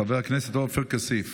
חבר הכנסת עופר כסיף.